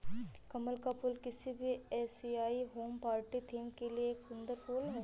कमल का फूल किसी भी एशियाई होम पार्टी थीम के लिए एक सुंदर फुल है